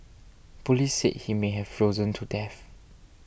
police said he may have frozen to death